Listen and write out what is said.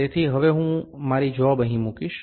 તેથી હવે હું મારી જોબ અહીં મૂકીશ